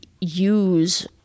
use